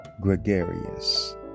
gregarious